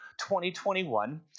2021